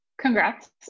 Congrats